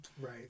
Right